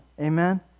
Amen